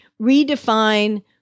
Redefine